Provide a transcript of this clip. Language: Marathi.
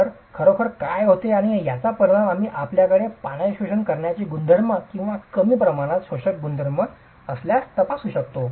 तर खरोखर काय होते आणि याचा परिणाम आम्ही आपल्याकडे पाण्याचे शोषण करण्याचे गुणधर्म किंवा कमी प्रमाणात शोषक गुणधर्म असल्यास तपासू शकतो